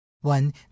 One